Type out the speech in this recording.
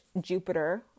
Jupiter